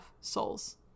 souls